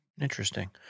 Interesting